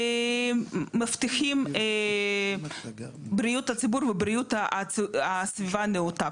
הם מבטיחים את בריאות הציבור ובריאות הסביבה הנאותה,